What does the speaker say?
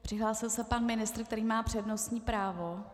Přihlásil se pan ministr, který má přednostní právo.